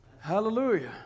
Hallelujah